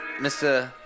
mr